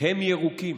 הם ירוקים.